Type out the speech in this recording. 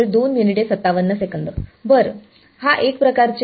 बरं हा एक प्रकारचे